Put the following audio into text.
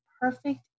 perfect